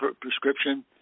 prescription